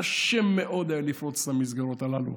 קשה מאוד היה לפרוץ את המסגרות הללו,